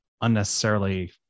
unnecessarily